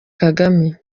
kagame